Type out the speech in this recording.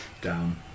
down